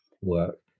work